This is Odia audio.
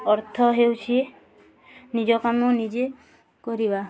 ଅର୍ଥ ହେଉଛି ନିଜ କାମ ନିଜେ କରିବା